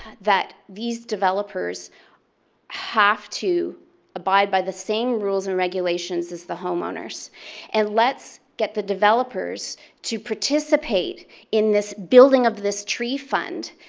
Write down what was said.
that these developers have to abide by the same rules and regulations as the homeowners and let's get the developers to participate in this building of this tree fund